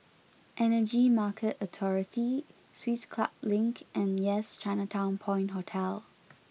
Energy Market Authority Swiss Club Link and Yes Chinatown Point Hotel